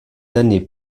années